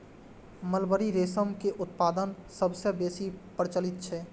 mulberry रेशम के उत्पादन सबसं बेसी प्रचलित छै